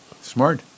Smart